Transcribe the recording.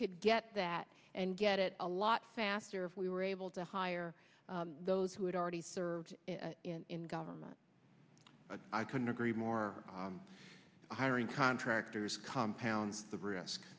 could get that and get it a lot faster if we were able to hire those who had already served in government but i couldn't agree more hiring contractors compounds the risk